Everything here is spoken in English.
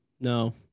No